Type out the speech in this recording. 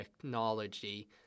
technology